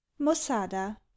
Mosada